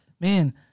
man